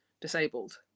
disabled